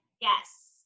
Yes